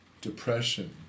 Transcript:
depression